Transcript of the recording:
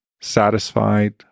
satisfied